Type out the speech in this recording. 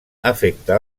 afecta